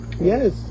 Yes